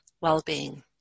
well-being